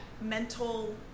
mental